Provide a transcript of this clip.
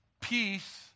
Peace